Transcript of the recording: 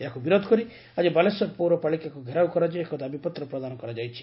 ଏହାକୁ ବିରୋଧ କରି ଆଜି ବାଲେଶ୍ୱର ପୌରପାଳିକାକୁ ଘେରାଇ କରାଯାଇ ଏକ ଦାବିପତ୍ର ପ୍ରଦାନ କରାଯାଇଛି